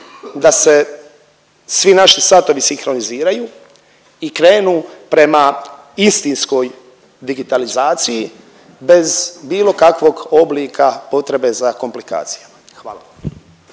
da se svi naši satovi sinhroniziraju i krenu prema istinskoj digitalizaciji bez bilo kakvog oblika potrebe za komplikacijama. Hvala.